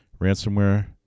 ransomware